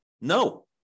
No